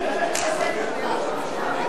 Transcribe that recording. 5084, 5120, 5126 ו-5129.